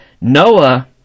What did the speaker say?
Noah